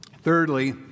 Thirdly